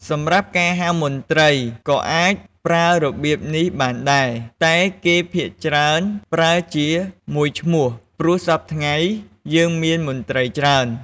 សម្រាប់ការហៅមន្រ្តីក៏អាចប្រើរបៀបនេះបានដែល តែគេភាគច្រើនប្រើជាមួយឈ្មោះព្រោះសព្វថ្ងៃយើងមានមន្រ្តីច្រើន។